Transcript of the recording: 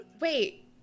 Wait